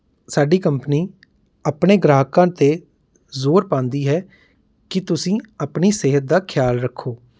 ਸਾਡੀ ਕੰਪਨੀ ਆਪਣੇ ਗ੍ਰਾਹਕਾਂ 'ਤੇ ਜ਼ੋਰ ਪਾਉਂਦੀ ਹੈ ਕਿ ਤੁਸੀਂ ਆਪਣੀ ਸਿਹਤ ਦਾ ਖਿਆਲ ਰੱਖੋ